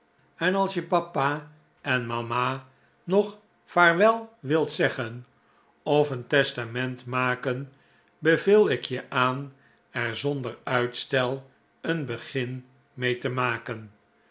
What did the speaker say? en als je papa en mama nog vaarwel wilt zeggen of een testament maken beveel ik je aan er zonder uitstel een begin mee te maken